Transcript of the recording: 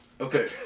Okay